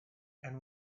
and